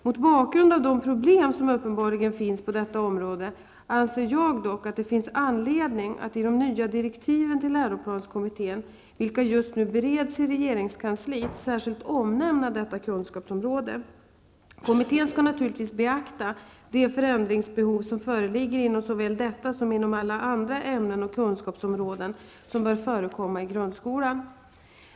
Mot bakgrund av de problem som uppenbarligen finns på detta område anser jag dock att det finns anledning att i de nya direktiven till läroplanskommittén, vilka just nu bereds i regeringskansliet, särskilt omnämna detta kunskapsområde. Kommittén skall naturligtvis beakta det förändringsbehov som föreligger såväl inom detta som inom alla andra ämnen/kunskapsområden som bör förekomma i grundskolan.